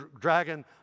dragon